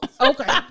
Okay